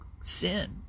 sin